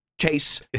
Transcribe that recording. Chase